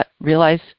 realize